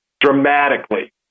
dramatically